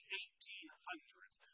1800s